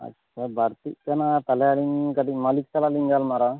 ᱟᱪᱪᱷᱟ ᱵᱟᱹᱲᱛᱤᱜ ᱠᱟᱱᱟ ᱛᱟᱦᱮᱞᱮ ᱞᱤᱧ ᱠᱟᱹᱴᱤᱡ ᱢᱟᱹᱞᱤᱠ ᱥᱟᱱᱟᱜ ᱞᱤᱧ ᱜᱟᱞᱢᱟᱨᱟᱣᱟ